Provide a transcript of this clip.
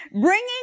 bringing